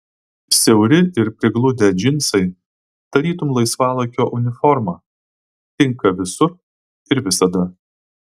siauri ir prigludę džinsai tarytum laisvalaikio uniforma tinka visur ir visada